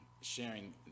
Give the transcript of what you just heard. sharing